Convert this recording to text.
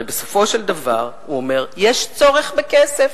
הרי בסופו של דבר הוא הודה, יש צורך בכסף.